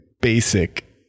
basic